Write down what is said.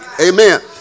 Amen